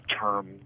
term